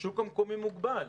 השוק המקומי מוגבל.